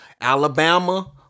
Alabama